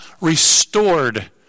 restored